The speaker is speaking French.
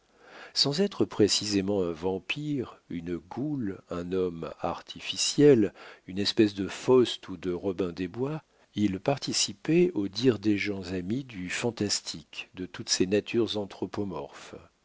sans être précisément un vampire une goule un homme artificiel une espèce de faust ou de robin des bois il participait au dire des gens amis du fantastique de toutes ces natures anthropomorphes